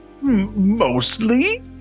mostly